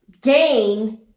gain